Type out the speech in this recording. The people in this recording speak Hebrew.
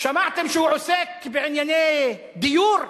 שמעתם שהוא עוסק בענייני דיור?